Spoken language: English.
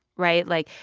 right? like,